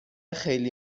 خیلی